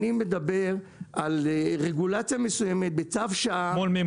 אני מדבר על רגולציה מסוימת בצו שעה --- מול מי?